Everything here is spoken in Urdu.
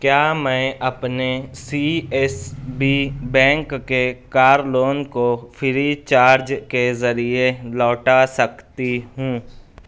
کیا میں اپنے سی ایس بی بینک کے کار لون کو فری چارج کے ذریعے لوٹا سکتی ہوں